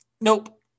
Nope